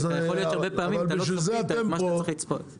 אולי הרבה פעמים לא צפית מה שצריך לצפות.